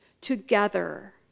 together